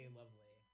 lovely